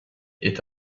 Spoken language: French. est